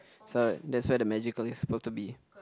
so that's where the magical is supposed to be